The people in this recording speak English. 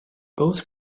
both